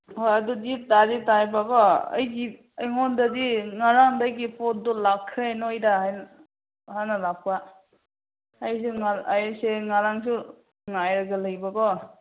ꯍꯣꯏ ꯑꯗꯨꯗꯤ ꯇꯥꯔꯤꯛ ꯇꯥꯏꯕꯀꯣ ꯑꯩꯒꯤ ꯑꯩꯉꯣꯟꯗꯗꯤ ꯉꯔꯥꯡꯗꯒꯤ ꯄꯣꯠꯇꯣ ꯂꯥꯛꯈ꯭ꯔꯦ ꯅꯣꯏꯗ ꯍꯥꯟꯅ ꯂꯥꯛꯄ ꯑꯩꯁꯨ ꯑꯩꯁꯦ ꯉꯔꯥꯡꯁꯨ ꯉꯥꯏꯔꯒ ꯂꯩꯕ ꯀꯣ